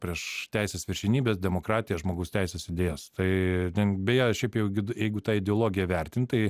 prieš teisės viršenybės demokratiją žmogaus teises idėjas tai beje šiaip jau jeigu tą ideologiją vertint tai